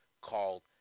called